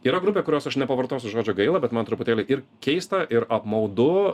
yra grupė kurios aš nepavartosiu žodžio gaila bet man truputėlį ir keista ir apmaudu